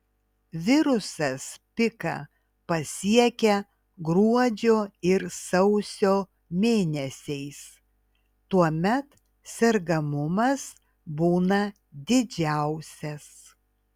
virusas piką pasiekią gruodžio ir sausio mėnesiais tuomet sergamumas būna didžiausias